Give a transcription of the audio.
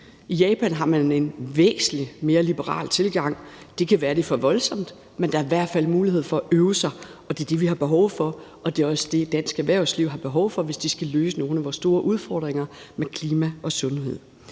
I Japan har man en væsentlig mere liberal tilgang. Det kan være, det er for voldsomt, men der er i hvert fald mulighed for at øve sig, og det er det, vi har behov for. Det er også det, som dansk erhvervsliv har behov for, hvis de skal løse nogle af vores store udfordringer med klima og sundhed.